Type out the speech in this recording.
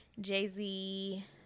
Jay-Z